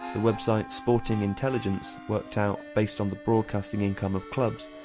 website sporting intelligence worked out, based on the broadcasting income of clubs,